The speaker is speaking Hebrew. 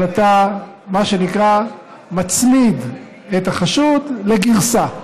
אבל אתה, מה שנקרא, מצמיד את החשוד לגרסה,